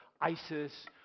ISIS